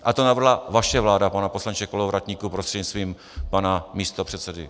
A to navrhla vaše vláda, pane poslanče Kolovratníku prostřednictvím pana místopředsedy.